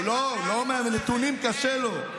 הוא לא, עם נתונים קשה לו.